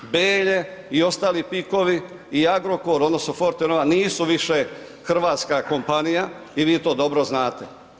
Belje i ostali PIK-ovi i Agrokor odnosno Fortenova nisu više hrvatska kompanija i vi to dobro znate.